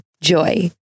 Joy